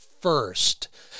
first